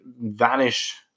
vanish